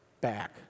back